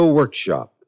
Workshop